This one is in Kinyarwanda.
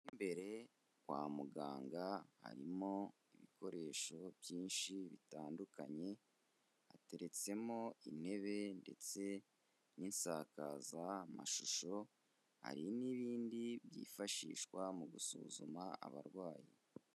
Imbere kwa muganga harimo ibikoresho byinshi bitandukanye, hateretsemo intebe ndetse n'isakazamashusho, hari n'ibindi byifashishwa mu gusuzuma abarwayi.